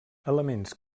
elements